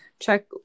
check